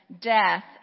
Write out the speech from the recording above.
death